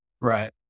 Right